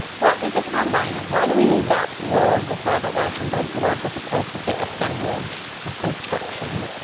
what is a combine and why do we use that word with robert rauschenberg's work as opposed to say assemblage or construction?